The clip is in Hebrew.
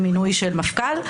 למינוי של מפכ"ל,